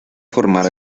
formar